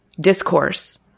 Discourse